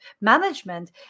management